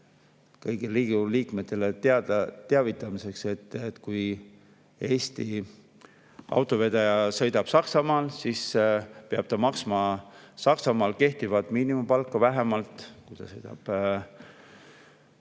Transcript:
liikmetele teadmiseks, et kui Eesti autovedaja sõidab Saksamaal, siis peab ta maksma Saksamaal kehtivat miinimumpalka vähemalt. Kui ta sõidab,